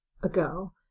ago